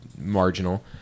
marginal